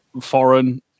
foreign